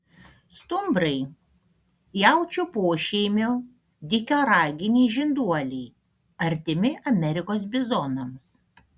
stumbrai jaučių pošeimio dykaraginiai žinduoliai artimi amerikos bizonams